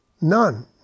None